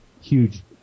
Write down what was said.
huge